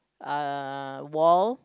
uh wall